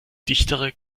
dichtere